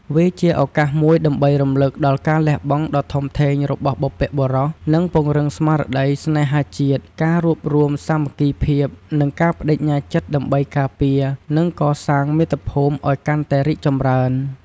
វាជាឱកាសមួយដើម្បីរំលឹកដល់ការលះបង់ដ៏ធំធេងរបស់បុព្វបុរស និងពង្រឹងស្មារតីស្នេហាជាតិ ការរួបរួមសាមគ្គីភាព និងការប្ដេជ្ញាចិត្តដើម្បីការពារ និងកសាងមាតុភូមិឲ្យកាន់តែរីកចម្រើន។